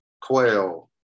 quail